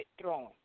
throwing